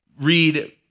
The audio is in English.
read